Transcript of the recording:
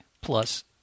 plus